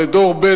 דור ב',